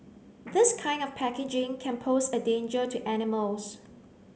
this kind of packaging can pose a danger to animals